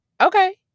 okay